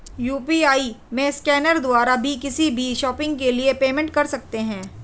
UPI में scanner के द्वारा भी किसी भी शॉपिंग के लिए पेमेंट कर सकते है